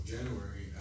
January